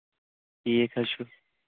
ٹھیٖک حظ چھُ